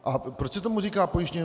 A proč se tomu říká pojištění?